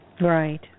Right